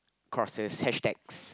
crosses hashtags